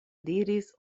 diris